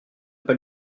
pas